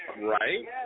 right